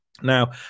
Now